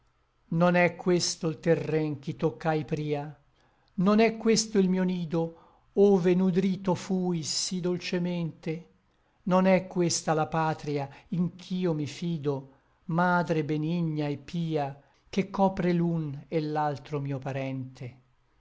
non è questo l terren ch'i toccai pria non è questo il mio nido ove nudrito fui sí dolcemente non è questa la patria in ch'io mi fido madre benigna et pia che copre l'un et l'altro mio parente